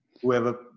whoever